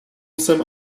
jsem